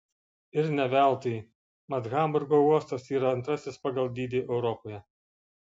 ir ne veltui mat hamburgo uostas yra antrasis pagal dydį europoje